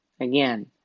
again